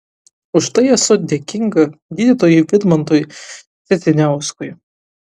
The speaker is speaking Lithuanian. už tai esu dėkinga gydytojui vidmantui sedziniauskui